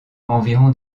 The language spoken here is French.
environ